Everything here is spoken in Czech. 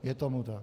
Je tomu tak.